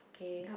okay